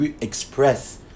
express